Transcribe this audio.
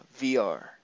VR